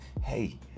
hey